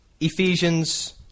Ephesians